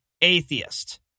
atheist